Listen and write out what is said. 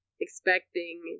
expecting